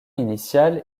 initiale